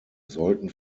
sollten